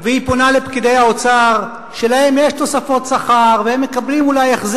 הם רשת